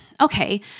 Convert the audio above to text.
okay